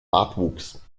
bartwuchs